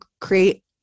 create